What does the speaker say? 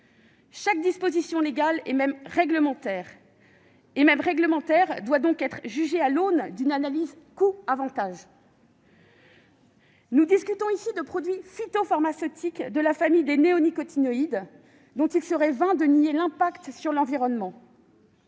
Chaque disposition légale et réglementaire doit être jugée à l'aune d'une analyse coût-avantage. Nous discutons ici de produits phytopharmaceutiques de la famille des néonicotinoïdes, dont il serait vain de nier l'impact sur l'environnement.